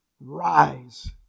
Rise